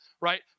right